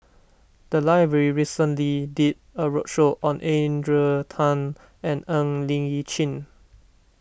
the library recently did a roadshow on Adrian Tan and Ng Li Chin